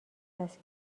است